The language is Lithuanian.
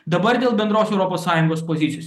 dabar dėl bendros europos sąjungos pozicijos